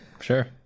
sure